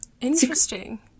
Interesting